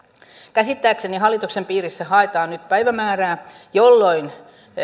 käsittääkseni hallituksen piirissä haetaan nyt päivämäärää jolloin